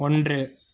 ஒன்று